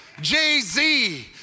Jay-Z